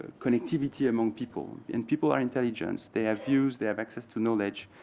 connectivity among people, and people are intelligence. they have views. they have access to knowledge,